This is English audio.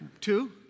Two